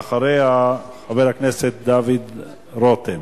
ואחריה, חבר הכנסת דוד רותם.